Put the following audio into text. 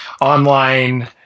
online